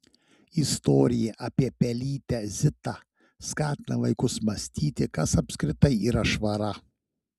istorija apie pelytę zitą skatina vaikus mąstyti kas apskritai yra švara